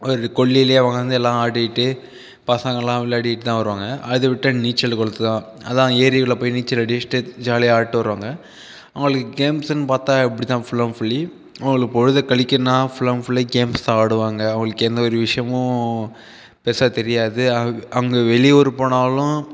ஒரு கொள்ளிலேயே அவங்கள் வந்து எல்லாம் ஆடிவிட்டு பசங்கள்லாம் விளையாடிவிட்டு தான் வருவாங்கள் அதை விட்டால் நீச்சல் குளத்துலா எல்லாம் ஏரியில் போய் நீச்சல் அடித்துட்டு ஜாலியாக ஆடிவிட்டு வருவாங்கள் அவங்களுக்கு கேம்ஸ்னு பார்த்தா இப்படிதான் ஃபுல் அண்ட் ஃபுல்லி அவர்களுக்கு பொழுது கழிக்கணும்னால் ஃபுல் அண்ட் ஃபுல்லி கேம்ஸ்தான் ஆடுவாங்கள் அவர்களுக்கு எந்த ஒரு விஷயமும் பெரிசா தெரியாது அவங் அவங்கள் வெளியூர் போனாலும்